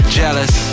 jealous